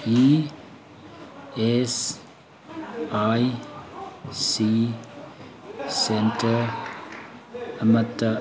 E S I C centre ꯑꯃꯇ